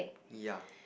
ya